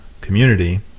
community